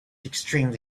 extremely